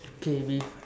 okay we